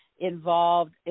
involved